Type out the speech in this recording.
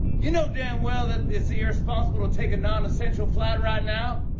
you know damn well that it's irresponsible to take a nonessential flight right now.